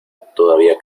todavía